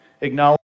acknowledge